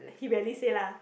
he rarely say lah